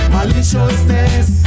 Maliciousness